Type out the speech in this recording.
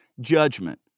judgment